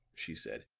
she said,